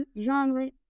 genre